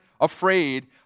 afraid